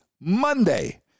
Monday